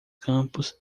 campos